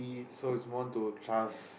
so is more to trust